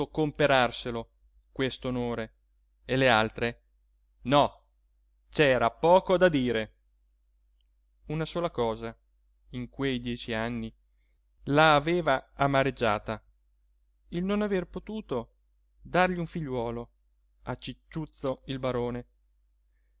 questo onore e le altre no c'era poco da dire una sola cosa in quei dieci anni la aveva amareggiata il non aver potuto dargli un figliuolo a cicciuzzo il barone